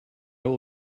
will